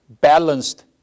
balanced